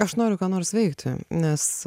aš noriu ką nors veikti nes